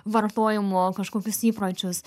vartojimo kažkokius įpročius